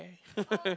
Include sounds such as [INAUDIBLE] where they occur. [LAUGHS]